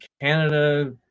Canada